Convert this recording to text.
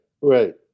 right